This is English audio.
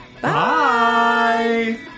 Bye